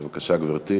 בבקשה, גברתי.